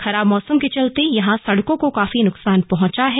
खराब मौसम के चलते यहां सड़कों को काफी नुकसान पहुंचा है